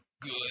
good